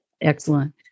Excellent